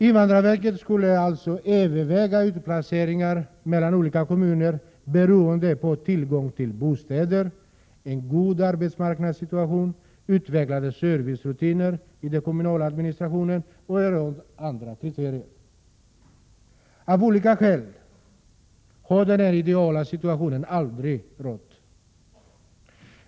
Invandrarverket skulle alltså överväga utplaceringar mellan olika kommuner beroende på tillgång till bostäder, en god arbetsmarknadssituation, utvecklade servicerutiner i den kommunala administrationen och en rad andra kriterier. Av olika skäl har den här ideala situationen aldrig funnits.